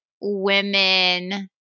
women –